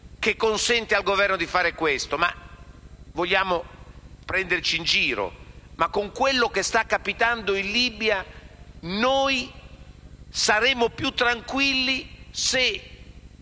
che consente al Governo di fare questo. Ma vogliamo prenderci in giro? Con quello che sta capitando in Libia, noi saremmo più tranquilli se